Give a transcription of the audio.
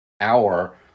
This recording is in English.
hour